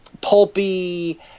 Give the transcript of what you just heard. pulpy